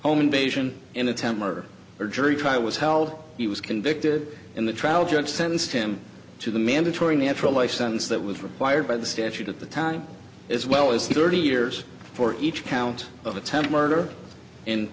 home invasion in a town murder or jury trial was held he was convicted in the trial judge sentenced him to the mandatory natural life sentence that was required by the statute at the time as well as thirty years for each count of attempted murder in